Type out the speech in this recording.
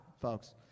folks